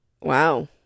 Wow